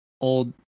old